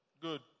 Good